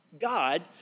God